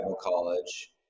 College